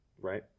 Right